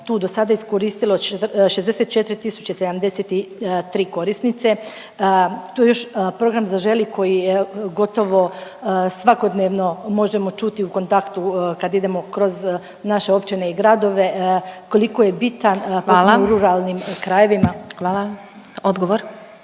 tu do sada iskoristilo 64.073 korisnice tu je još program Zaželi koji je gotovo svakodnevno možemo čuti u kontaktu kad idemo kroz naše općine i gradove koliko je bitan …/Upadica Glasovac: Hvala./…